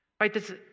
Right